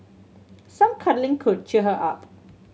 some cuddling could cheer her up